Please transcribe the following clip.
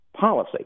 policy